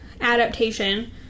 adaptation